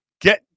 get